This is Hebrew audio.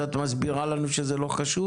אז את מסבירה לנו שזה לא חשוב?